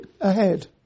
ahead